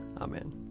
Amen